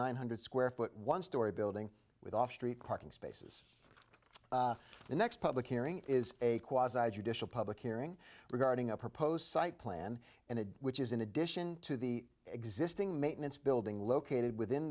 nine hundred square foot one storey building with off street parking spaces the next public hearing is a quasi judicial public hearing regarding a proposed site plan and which is in addition to the existing maintenance building located within